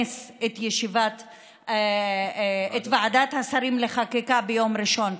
את ישיבת את ועדת השרים לחקיקה ביום ראשון.